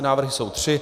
Návrhy jsou tři.